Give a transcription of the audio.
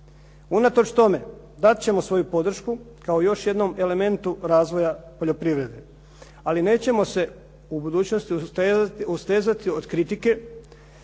Unatoč tome, dat ćemo svoju podršku kao još jednom elementu razvoja poljoprivrede. Ali nećemo se u budućnosti ustezati od kritike.